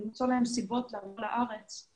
למצוא להם סיבות לעלות לארץ,